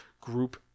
group